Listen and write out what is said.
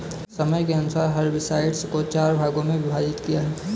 समय के अनुसार हर्बिसाइड्स को चार भागों मे विभाजित किया है